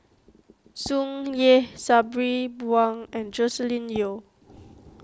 Tsung Yeh Sabri Buang and Joscelin Yeo